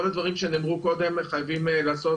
כל הדברים שנאמרו קודם מחייבים לעשות